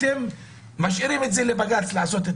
אם אתם מאפשרים לבג"ץ לעשות זאת